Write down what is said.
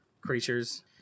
creatures